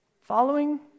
Following